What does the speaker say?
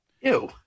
Ew